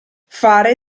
fare